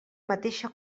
mateixa